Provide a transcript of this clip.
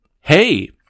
Hey